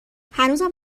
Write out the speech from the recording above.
هنوزم